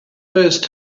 first